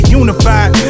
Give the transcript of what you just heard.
unified